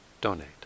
donate